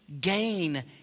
gain